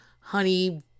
honey